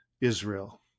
Israel